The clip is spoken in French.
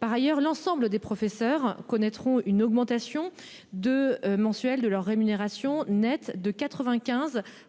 Par ailleurs, l'ensemble des professeurs connaîtront une augmentation de mensuel de leur rémunération nette de 95 allant